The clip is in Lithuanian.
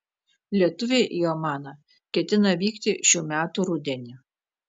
lietuviai į omaną ketina vykti šių metų rudenį